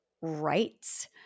rights